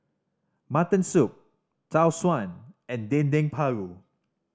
mutton soup Tau Suan and Dendeng Paru